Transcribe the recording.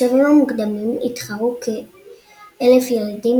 בשלבים המוקדמים התחרו כ-10000 ילדים,